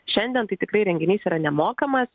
šiandien tai tikrai renginys yra nemokamas